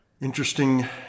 Interesting